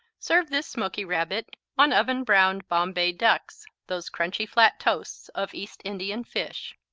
serve this smoky rabbit on oven-browned bombay ducks, those crunchy flat toasts of east indian fish.